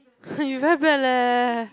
you very bad leh